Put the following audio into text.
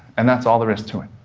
and that's all there is to it.